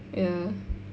ya